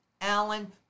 Alan